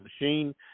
machine